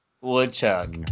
Woodchuck